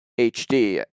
HD